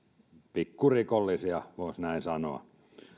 pikkurikollisia näin voisi sanoa